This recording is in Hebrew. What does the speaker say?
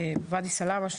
בוואדי סאלמה,